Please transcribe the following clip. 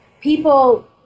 people